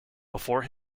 before